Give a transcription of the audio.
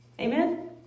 Amen